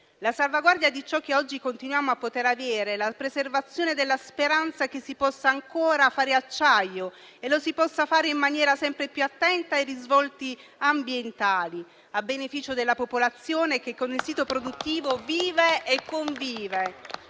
La salvaguardia di ciò che oggi continuiamo a poter avere, la preservazione della speranza che si possa ancora fare acciaio e lo si possa fare in maniera sempre più attenta ai risvolti ambientali, a beneficio della popolazione che con il sito produttivo vive e convive